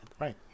Right